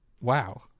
wow